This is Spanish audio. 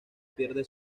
pierde